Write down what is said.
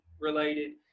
related